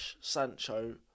Sancho